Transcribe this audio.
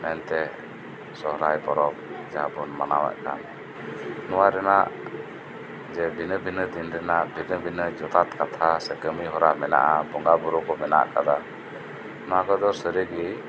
ᱢᱮᱱᱛᱮ ᱥᱚᱦᱚᱨᱟᱭ ᱯᱚᱨᱚᱵᱽ ᱡᱟᱦᱟᱸ ᱵᱩᱱ ᱢᱟᱱᱟᱣᱮᱫ ᱠᱟᱱ ᱱᱚᱣᱟ ᱨᱮᱱᱟᱜ ᱡᱮ ᱵᱷᱤᱱᱟᱹ ᱵᱷᱤᱱᱟᱹ ᱫᱤᱱ ᱨᱮᱱᱟᱜ ᱵᱷᱤᱱᱟᱹ ᱡᱚᱛᱷᱟᱛ ᱠᱟᱛᱷᱟ ᱠᱟᱹᱢᱤ ᱦᱚᱨᱟ ᱢᱮᱱᱟᱜᱼᱟ ᱵᱚᱸᱜᱟ ᱵᱩᱨᱩᱠᱩ ᱢᱮᱱᱟᱜᱼᱟ ᱱᱚᱣᱟ ᱠᱚᱫᱚ ᱥᱟᱹᱨᱤᱜᱤ